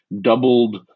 doubled